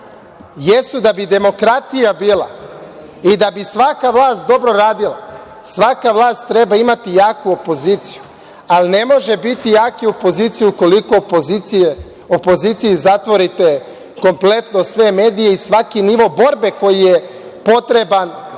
jesu, da bi demokratija bila i da bi svaka vlast dobro radila, svaka vlast treba imati jaku opoziciju, ali ne može biti jake opozicije, ukoliko opoziciji zatvorite kompletno sve medije i svaki nivo borbe koji je potreban